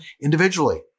individually